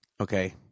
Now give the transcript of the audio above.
Okay